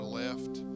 left